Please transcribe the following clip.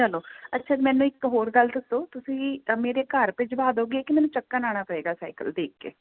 ਚਲੋ ਅੱਛਾ ਮੈਨੂੰ ਇੱਕ ਹੋਰ ਗੱਲ ਦੱਸੋ ਤੁਸੀਂ ਮੇਰੇ ਘਰ ਭਿਜਵਾ ਦੋਗੇ ਕਿ ਮੈਨੂੰ ਚੱਕਣ ਵਾਲਾ ਪਏਗਾ ਸਾਈਕਲ ਦੇਖ ਕੇ